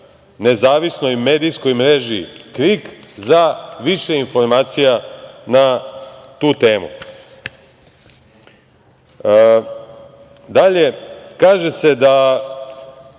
nezavisnoj medijskoj mreži „Krik“ za više informacija na tu temu. Dalje, kaže se da